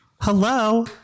Hello